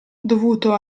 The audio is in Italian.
dovuto